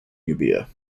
euboea